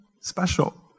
special